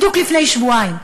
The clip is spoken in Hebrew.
בדיוק לפני שבועיים.